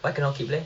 why cannot keep leh